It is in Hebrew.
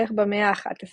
בערך במאה ה – 11,